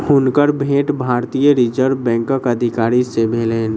हुनकर भेंट भारतीय रिज़र्व बैंकक अधिकारी सॅ भेलैन